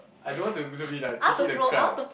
I don't want to to be like the crab